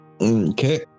Okay